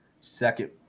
second